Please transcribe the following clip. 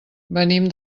venim